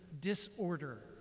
disorder